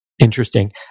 interesting